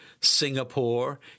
Singapore